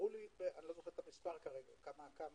לא אומר